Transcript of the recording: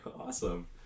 Awesome